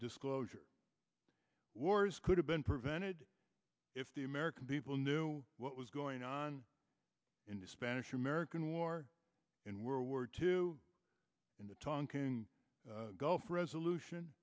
disclosure wars could have been prevented if the american people knew what was going on in the spanish american war in world war two in the tonkin gulf resolution